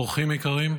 אורחים יקרים,